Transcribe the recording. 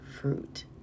fruit